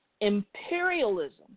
Imperialism